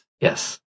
Yes